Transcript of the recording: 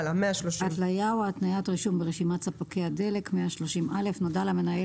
130.התלייה או התניית רישום ברשימת ספקי הדלק נודע למנהל